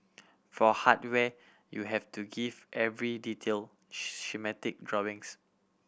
for hardware you have to give every detail schematic drawings